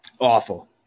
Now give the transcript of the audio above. awful